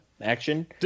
action